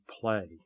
play